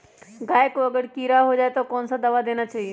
गाय को अगर कीड़ा हो जाय तो कौन सा दवा देना चाहिए?